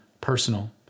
personal